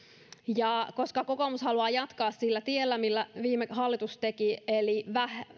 ja koska kokoomus haluaa jatkaa sillä tiellä mitä viime hallitus teki eli laskea